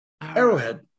arrowhead